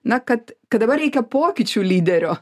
na kad kad dabar reikia pokyčių lyderio